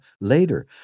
later